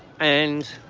and